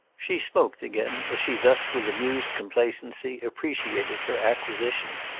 she smoked again as she thus, with amused complacency, appreciated her acquisition.